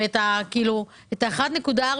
את ה-1.4,